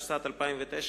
התשס”ט 2009,